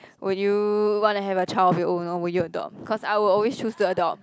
would you wanna have a child of your own or would you adopt cause I would always choose to adopt